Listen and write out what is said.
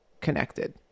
connected